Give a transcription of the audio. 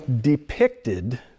depicted